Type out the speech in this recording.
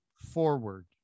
forward